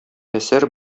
әсәр